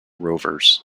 rovers